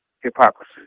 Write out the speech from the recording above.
Hypocrisy